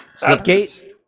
Slipgate